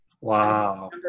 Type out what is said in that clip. Wow